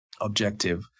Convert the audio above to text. objective